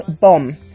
bomb